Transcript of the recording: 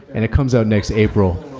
and it comes out next april.